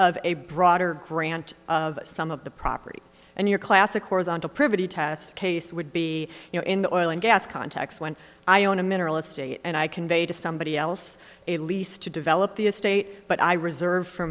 of a broader grant of some of the property and your classic horizontal privity test case would be you know in the oil and gas context when i own a mineral estate and i convey to somebody else a lease to develop the estate but i reserve for